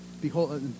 behold